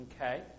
Okay